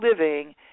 living